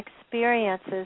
experiences